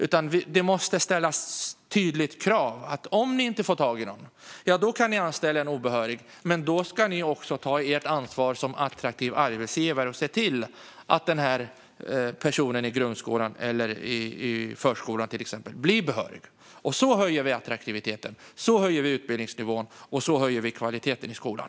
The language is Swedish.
Man måste ställa tydliga krav: Om ni inte får tag i någon kan ni anställa en obehörig, men då ska ni också ta ert ansvar som attraktiv arbetsgivare och se till att personen i fråga blir behörig för grundskola eller förskola. På så vis höjer vi attraktiviteten, utbildningsnivån och kvaliteten i skolan.